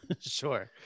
Sure